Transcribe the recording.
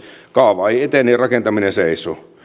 kaava ei ei etene ja rakentaminen seisoo